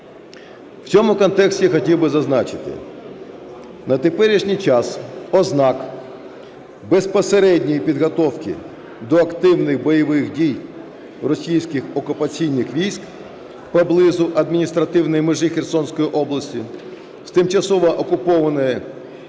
В цьому контексті хотів би зазначити: на теперішній час ознак безпосередньої підготовки до активних бойових дій російських окупаційних військ поблизу адміністративної межі Херсонської області з тимчасово окупованої